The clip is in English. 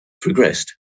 progressed